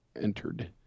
entered